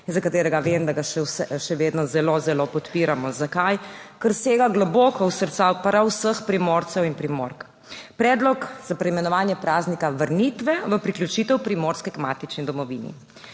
za katerega vem, da ga še vedno zelo, zelo podpiramo. Zakaj? Ker sega globoko v srca prav vseh Primorcev in Primork. Predlog za preimenovanje praznika vrnitve v priključitev Primorske k matični domovini.